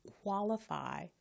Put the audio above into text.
qualify